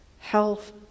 health